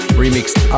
remixed